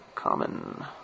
Common